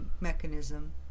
mechanism